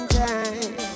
time